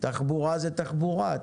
תחבורה זו תחבורה,